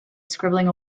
scribbling